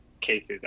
cases